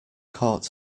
caught